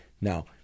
Now